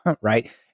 right